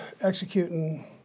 executing